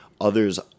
others